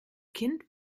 kind